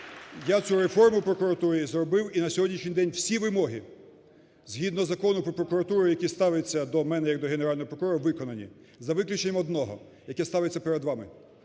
Я цю реформу в прокуратурі зробив, і на сьогоднішній день всі вимоги згідно Закону про прокуратуру, які ставляться до мене як до Генерального прокурора, виконані. За виключенням одного, яке ставиться перед вами: